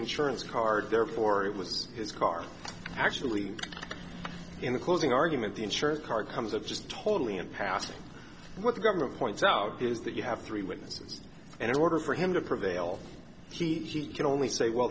insurance card therefore it was his car actually in the closing argument the insurance card comes of just totally in passing what the government points out is that you have three witnesses and in order for him to prevail he can only say well